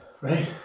Right